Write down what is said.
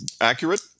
accurate